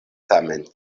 tamen